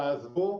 תעזבו.